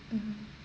mmhmm